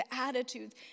attitudes